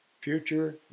Future